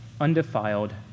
undefiled